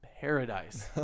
Paradise